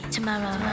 Tomorrow